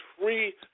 free